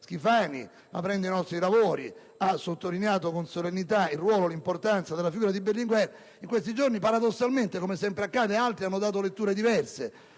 Schifani, aprendo i nostri lavori, ha sottolineato con solennità il ruolo e l'importanza della figura di Berlinguer. In questi giorni, paradossalmente come sempre accade, altri hanno dato letture diverse.